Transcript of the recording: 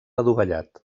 adovellat